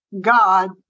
God